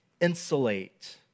insulate